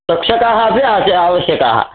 रक्षकाः अपि आसन् आवश्यकाः